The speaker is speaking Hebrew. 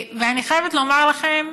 ואני חייבת לומר לכם